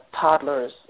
toddlers